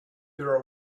there